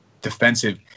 defensive